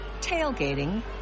tailgating